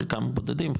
חלקם בודדים,